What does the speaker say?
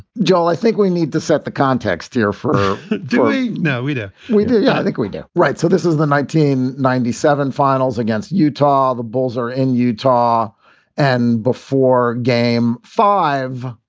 joel, i think we need to set the context here for julie. no, we do we do. yeah, i think we do. right. so this is the nineteen ninety seven finals against utah. the bulls are in utah and before game five,